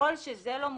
ככל שזה לא מוסדר,